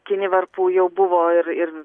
kinivarpų jau buvo ir ir